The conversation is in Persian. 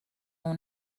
اون